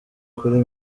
kuri